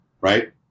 right